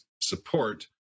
support